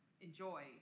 enjoy